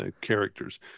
characters